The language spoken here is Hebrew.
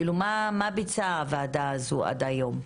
מה ביצעה הוועדה הזו עד היום?